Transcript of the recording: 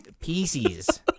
Pieces